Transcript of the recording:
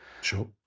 Sure